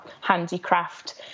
handicraft